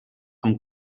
amb